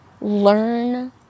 learn